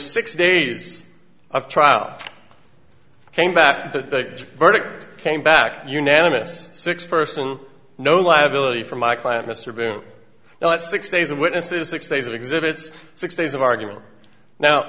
six days of trial came back the verdict came back unanimous six person no liability for my client mr bruno now that's six days of witnesses six days of exhibits six days of argument now